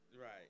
Right